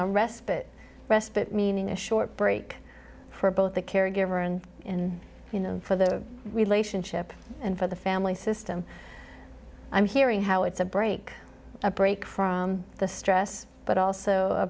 on respite respite meaning a short break for both the caregiver and in you know for the relationship and for the family system i'm hearing how it's a break a break from the stress but also a